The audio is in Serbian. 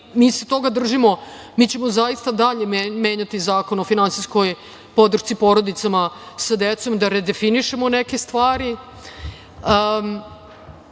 Mi se toga držimo. Mi ćemo zaista dalje menjati Zakon o finansijskoj podršci porodicama sa decom, da redefinišemo neke stvari.